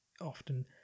often